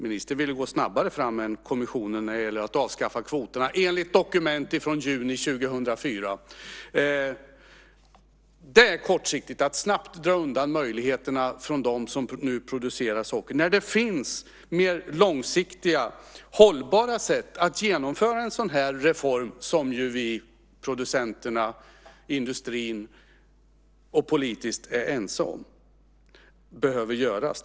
Ministern ville gå snabbare fram än kommissionen när det gäller att avskaffa kvoterna enligt dokument från juni 2004. Det är kortsiktigt att snabbt dra undan möjligheterna från dem som nu producerar socker när det finns mer långsiktigt hållbara sätt att genomföra en sådan här reform på, som ju vi, producenterna, industrin och politikerna, är ense om behöver göras.